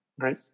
Right